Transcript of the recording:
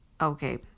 Okay